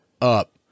up